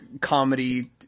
comedy